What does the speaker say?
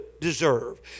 deserve